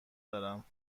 دارم